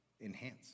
enhance